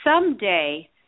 someday –